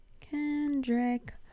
Kendrick